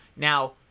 Now